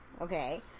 Okay